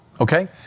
Okay